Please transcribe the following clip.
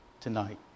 tonight